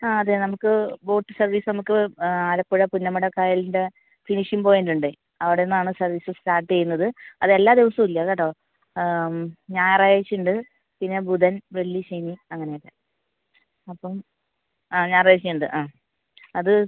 ആ അതെ നമുക്ക് ബോട്ട് സർവീസ് നമുക്ക് ആലപ്പുഴ പുന്നമട കായലിൻറെ ഫിനിഷിംഗ് പോയിൻറ് ഉണ്ടേ അവിടുന്നാണ് സർവീസ് സ്റ്റാർട്ട് ചെയ്യുന്നത് അത് എല്ലാ ദിവസവും ഇല്ല കേട്ടോ ഞായറായ്ച്ച ഉണ്ട് പിന്നെ ബുധൻ വെള്ളി ശനി അങ്ങനെയൊക്കെ അപ്പം ആ ഞായറാഴ്ച്ച ഉണ്ട് ആ അത്